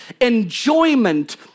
enjoyment